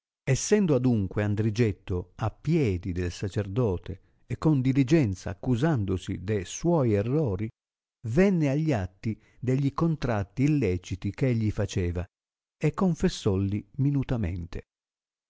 essendo adunque andrigetto a piedi del sacerdote e con diligenza accusandosi de suoi errori venne agli atti de gli contratti illeciti eh egli faceva e confessolli minutamente